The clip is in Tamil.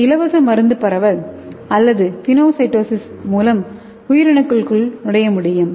இந்த இலவச மருந்து பரவல் அல்லது பினோசைட்டோசிஸ் மூலம் உயிரணுக்களுக்குள் நுழைய முடியும்